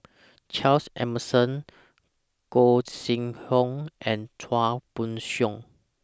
Charles Emmerson Gog Sing Hooi and Chua Koon Siong